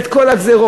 את כל הגזירות,